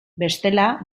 bestela